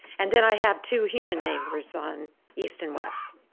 and then i have two human neighbors on east and west